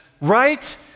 right